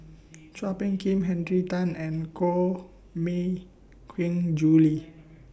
Chua Phung Kim Henry Tan and Koh Mui Queen Julie